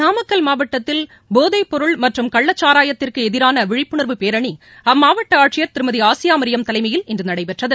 நாமக்கல் மாவட்டத்தில் போதைப்பொருள் மற்றும் கள்ளச் சாராயத்திற்கு எதிரான விழிப்புணர்வு பேரணி அம்மாவட்ட ஆட்சியர் திருமதி ஆசியா மரியம் தலைமையில் இன்று நடைபெற்றது